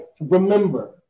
Remember